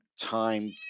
time